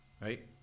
Right